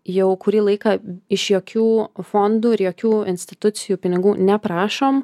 jau kurį laiką iš jokių fondų ir jokių institucijų pinigų neprašom